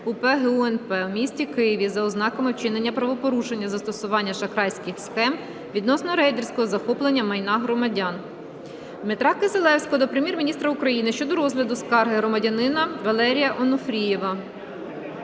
УП ГУ НП в місті Києві, за ознаками вчинення правопорушення – застосування шахрайських схем відносно рейдерського захоплення майна громадян. Дмитра Кисилевського до Прем'єр-міністра України щодо розгляду скарги громадянина Валерія Онуфрієва.